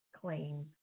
claims